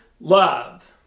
love